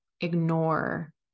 ignore